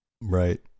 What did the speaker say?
Right